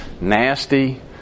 nasty